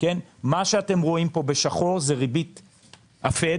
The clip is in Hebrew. מה שאתם רואים פה בשחור זה ריבית הפד,